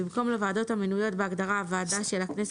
במקום "לוועדות המנויות בהגדרה "ועדה של הכנסת",